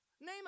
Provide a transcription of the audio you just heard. Name